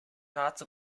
nahezu